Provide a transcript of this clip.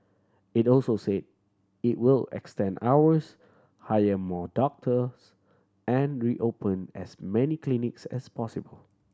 it also say it will extend hours hire more doctors and reopen as many clinics as possible